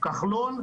כחלון,